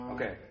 Okay